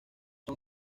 son